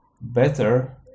better